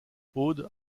aude